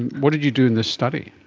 and what did you do in this study?